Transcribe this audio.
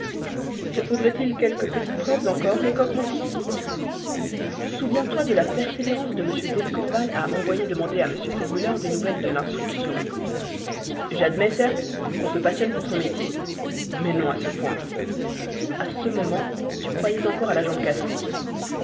te faudrait-il quelques petites preuves encore lecoq mon fils souviens-toi de la persévérance de m d'escorval à envoyer demander à m segmuller des nouvelles de l'instruction j'admets certes qu'on se passionne pour son métier mais non à ce point à ce moment tu croyais encore à la jambe cassée